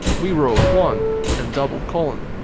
we wrote one and double-colon.